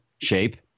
shape